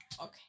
okay